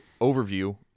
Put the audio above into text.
overview